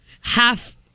half